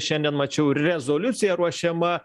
šiandien mačiau ir rezoliucija ruošiama